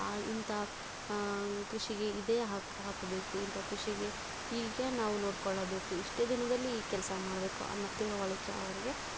ಇಂಥ ಕೃಷಿಗೆ ಇದೇ ಹಾಕಬೇಕು ಇಂಥ ಕೃಷಿಗೆ ಹೀಗೆ ನಾವು ನೋಡಿಕೊಳ್ಳಬೇಕು ಇಷ್ಟೇ ದಿನದಲ್ಲಿ ಈ ಕೆಲಸ ಮಾಡಬೇಕು ಅನ್ನೋ ತಿಳುವಳಿಕೆ ಅವರಿಗೆ